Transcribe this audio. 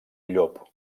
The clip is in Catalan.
llop